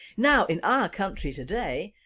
now in our country today,